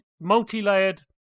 multi-layered